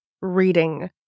reading